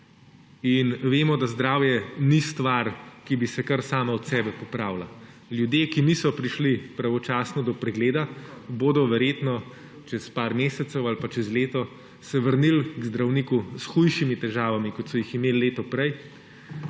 Vemo, da zdravje ni stvar, ki bi se kar sama od sebe popravila. Ljudje, ki niso prišli pravočasno do pregleda, se bodo verjetno čez nekaj mesecev ali pa čez leto vrnili k zdravniku s hujšimi težavami, kot so jih imeli leto prej;